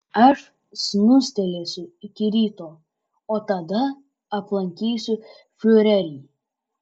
aš snustelėsiu iki ryto o tada aplankysiu fiurerį